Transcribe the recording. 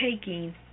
taking